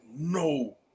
no